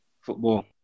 football